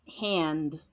Hand